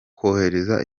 kohereza